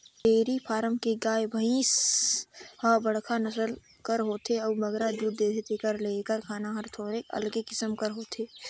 dairy farm के गाय, भंइस ह बड़खा नसल कर होथे अउ बगरा दूद देथे तेकर ले एकर खाना हर थोरोक अलगे किसिम कर होथे